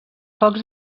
focs